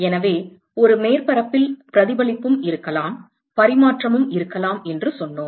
எனவே ஒரு மேற்பரப்பில் பிரதிபலிப்பும் இருக்கலாம் பரிமாற்றமும் இருக்கலாம் என்று சொன்னோம்